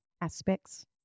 aspects